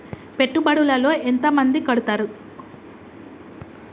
పెట్టుబడుల లో ఎంత మంది కడుతరు?